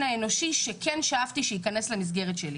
האנושי שכן שאפתי שייכנס למסגרת שלי.